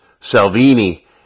Salvini